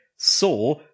saw